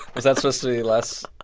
was that supposed to be less?